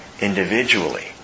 individually